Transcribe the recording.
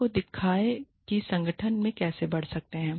लोगों को दिखाए कि वे संगठन में कैसे बढ़ सकते हैं